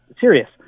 serious